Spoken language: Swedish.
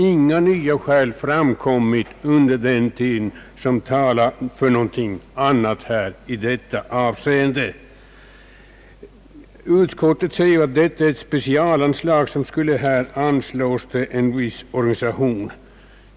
Inga nya skäl som talat för något annat beslut i detta avseeende har framkommit sedan dess. Utskottet säger, att det här gäller ett specialanslag, som skulle beviljas en viss organisation.